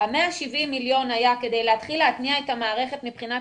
170 מיליון היה כדי להתחיל להתניע את המערכת מבחינת